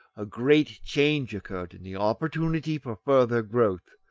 a great change occurred in the opportunity for further growth.